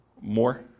More